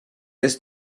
est